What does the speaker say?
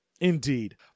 Indeed